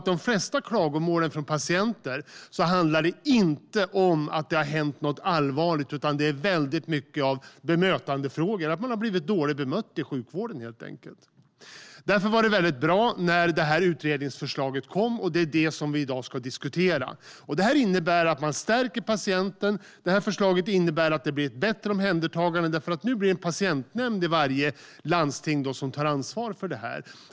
De flesta klagomål från patienter handlar inte om att det har hänt något allvarligt, utan det är mycket av bemötandefrågor, att man helt enkelt har blivit dåligt bemött i sjukvården. Därför var det bra att utredningsförslaget kom, och det är det som vi i dag ska diskutera. Förslaget innebär att man stärker patienten och att det blir ett bättre omhändertagande, för nu blir det en patientnämnd i varje landsting som tar ansvar för patientsäkerheten.